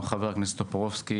חבר הכנסת טופורובסקי,